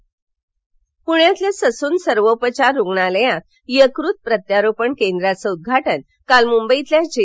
Sassoon प्रण्यातीलल Sassoon सर्वोपचार रुग्णालयात यकृत प्रत्यारोपण केंद्राचे उदघाटन काल मुंबईतील जे